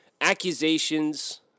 accusations